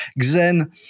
Xen